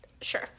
Sure